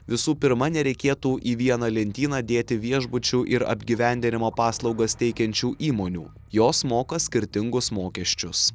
visų pirma nereikėtų į vieną lentyną dėti viešbučių ir apgyvendinimo paslaugas teikiančių įmonių jos moka skirtingus mokesčius